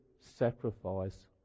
sacrifice